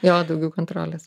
jo daugiau kontrolės